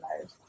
life